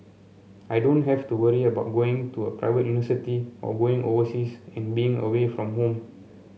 I don't have to worry about going to a private university or going overseas and being away from home